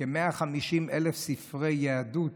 כ-150,000 ספרי יהדות,